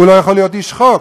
הוא לא יכול להיות איש חוק.